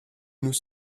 nous